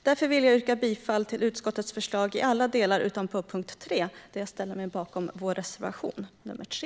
Därför vill jag yrka bifall till utskottets förslag i alla delar utom under punkt 3, där jag ställer mig bakom vår reservation, nr 3.